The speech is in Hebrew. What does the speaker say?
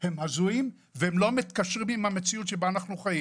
הם הזויים והם לא קשורים למציאות שבה אנחנו חיים.